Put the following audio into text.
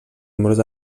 murs